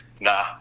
Nah